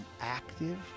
active